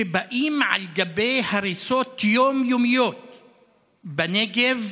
שבאים על גבי הריסות יום-יומיות בנגב,